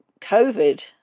COVID